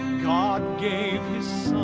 god gave